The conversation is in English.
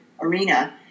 arena